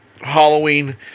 Halloween